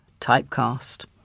typecast